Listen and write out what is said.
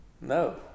No